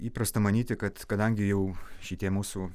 įprasta manyti kad kadangi jau šitie mūsų